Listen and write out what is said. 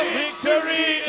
victory